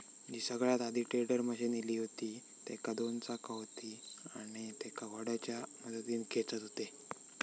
जी सगळ्यात आधी tedder machine इली हुती तेका दोन चाका हुती आणि तेका घोड्याच्या मदतीन खेचत हुते